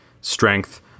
strength